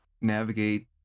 navigate